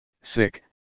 sick